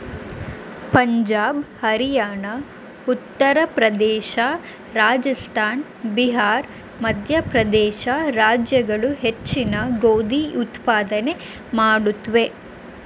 ಪಂಜಾಬ್ ಹರಿಯಾಣ ಉತ್ತರ ಪ್ರದೇಶ ರಾಜಸ್ಥಾನ ಬಿಹಾರ್ ಮಧ್ಯಪ್ರದೇಶ ರಾಜ್ಯಗಳು ಹೆಚ್ಚಿನ ಗೋಧಿ ಉತ್ಪಾದನೆ ಮಾಡುತ್ವೆ